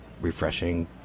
refreshing